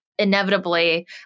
inevitably